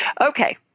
okay